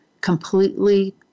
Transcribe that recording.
completely